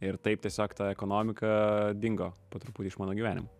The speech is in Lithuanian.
ir taip tiesiog ta ekonomika dingo po truputį iš mano gyvenimo